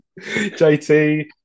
jt